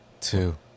two